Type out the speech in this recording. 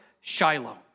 Shiloh